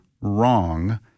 wrong